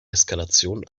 eskalation